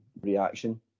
reaction